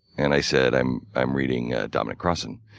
and i said, i'm i'm reading dominic crossan.